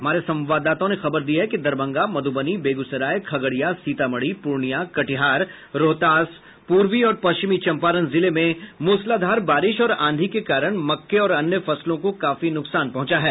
हमारे संवाददाताओं ने खबर दी है कि दरभंगा मधुबनी बेगूसराय खगड़िया सीतामढ़ी पूर्णिया कटिहार रोहतास पूर्वी और पश्चिमी चंपारण जिले में मुसलाधार बारिश और आंधी के कारण मक्के और अन्य फसलों को काफी नुकसान पहुंचा है